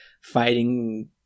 fighting